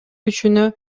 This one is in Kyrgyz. күчүнө